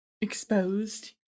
exposed